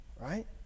right